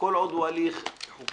כל עוד הוא הליך חוקי.